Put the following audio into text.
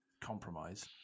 compromise